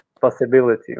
possibility